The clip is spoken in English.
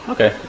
Okay